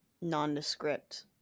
nondescript